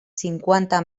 cinquanta